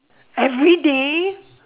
everyday